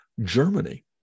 germany